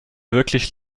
wirklich